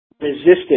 resisted